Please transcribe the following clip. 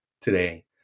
today